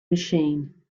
machine